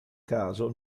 caso